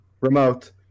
Remote